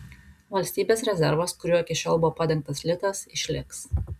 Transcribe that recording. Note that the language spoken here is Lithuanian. valstybės rezervas kuriuo iki šiol buvo padengtas litas išliks